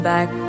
Back